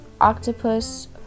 octopus